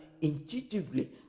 intuitively